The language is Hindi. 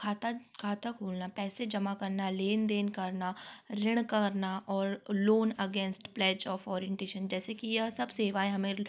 खाता खाता खोलना पैसे जमा करना लेन देन करना ऋण करना और loan against pledge of orientation जैसे कि यह सब सेवाएं हमें